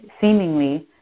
seemingly